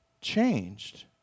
Changed